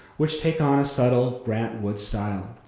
which take on a subtle, grant wood style.